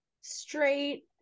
straight